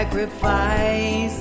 Sacrifice